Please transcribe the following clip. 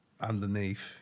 underneath